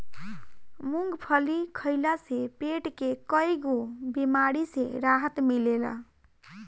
मूंगफली खइला से पेट के कईगो बेमारी से राहत मिलेला